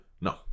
No